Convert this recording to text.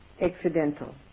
accidental